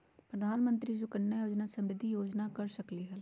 प्रधानमंत्री योजना सुकन्या समृद्धि योजना कर सकलीहल?